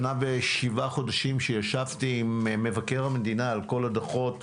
שנה ושבעה חודשים ישבתי עם מבקר המדינה על כל הדוחות,